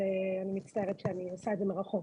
אז אני מצטערת שאני עושה את זה מרחוק.